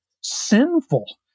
sinful